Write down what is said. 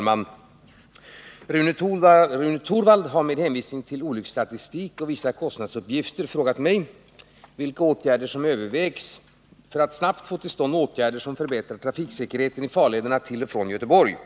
Herr talman! Rune Torwald har med hänvisning till olycksstatistik och vissa kostnadsuppgifter frågat mig vilka åtgärder som övervägs för att snabbt få till stånd åtgärder, som förbättrar trafiksäkerheten i farlederna till och från Göteborgs hamn.